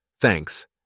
Thanks